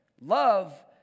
Love